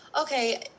okay